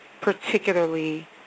particularly